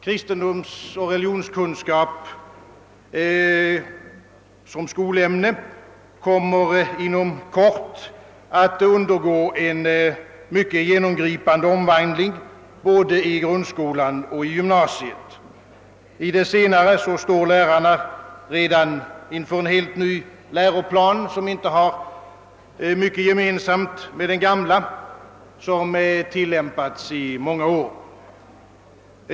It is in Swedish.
Kristendomsoch religionskunskap som skolämne kommer inom kort att undergå en mycket genomgripande omvandling både i grundskolan och på gymnasiet. Lärarna i gymnasiet står redan inför en helt ny läroplan som inte har mycket gemensamt med den gamla, som tillämpats i många år.